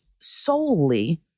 solely